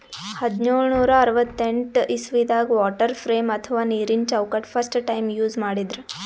ಹದ್ದ್ನೋಳ್ ನೂರಾ ಅರವತ್ತೆಂಟ್ ಇಸವಿದಾಗ್ ವಾಟರ್ ಫ್ರೇಮ್ ಅಥವಾ ನೀರಿನ ಚೌಕಟ್ಟ್ ಫಸ್ಟ್ ಟೈಮ್ ಯೂಸ್ ಮಾಡಿದ್ರ್